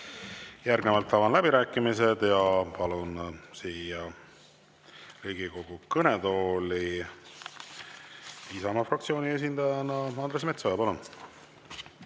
Järgnevalt avan läbirääkimised ja palun siia Riigikogu kõnetooli Isamaa fraktsiooni esindaja Andres Metsoja. Palun!